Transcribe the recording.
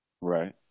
right